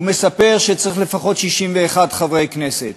והוא מספר שצריך לפחות 61 חברי כנסת,